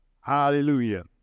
hallelujah